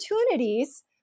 opportunities